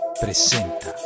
presenta